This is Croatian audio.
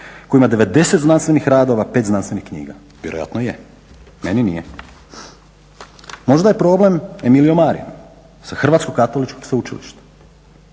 koji ima 90 znanstvenih radova 5 znanstvenih knjiga. Vjerojatno je, meni nije. Možda je problem Emilio Marin sa Hrvatskog katoličkog sveučilišta